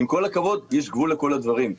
עם כל הכבוד, יש גבול לכל הדברים.